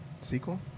Sequel